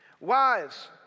Wives